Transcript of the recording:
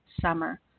summer